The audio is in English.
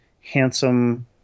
handsome